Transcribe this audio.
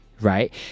Right